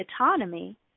autonomy